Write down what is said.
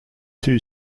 two